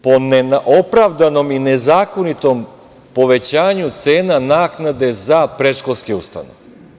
Po neopravdanom i nezakonitom povećanju cena naknade za predškolske ustanove.